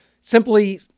simply